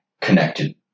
connected